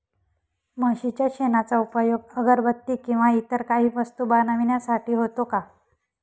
म्हशीच्या शेणाचा उपयोग अगरबत्ती किंवा इतर काही वस्तू बनविण्यासाठी होतो का?